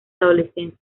adolescencia